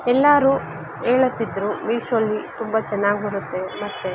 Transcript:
ಎಲ್ಲರೂ ಹೇಳುತ್ತಿದ್ರು ಮಿಶೋಲಿ ತುಂಬ ಚೆನ್ನಾಗಿ ಬರುತ್ತೆ ಮತ್ತೆ